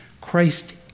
Christ